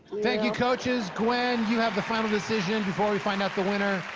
thank you coaches. gwen, you have the final decision. before we find out the winner,